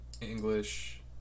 English